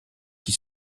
qui